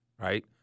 right